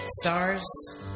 Stars